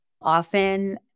Often